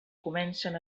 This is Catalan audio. comencen